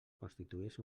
constituïx